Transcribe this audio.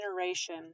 generation